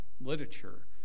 literature